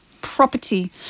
property